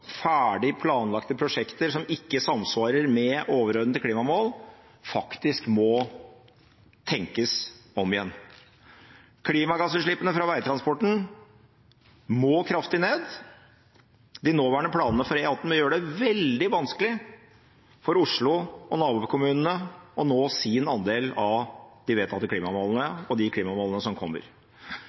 ferdig planlagte prosjekter som ikke samsvarer med overordnede klimamål, faktisk må tenkes om igjen. Klimagassutslippene fra veitransporten må kraftig ned. De nåværende planene for E18 vil gjøre det veldig vanskelig for Oslo og nabokommunene å nå sin andel av de vedtatte klimamålene og de klimamålene som kommer.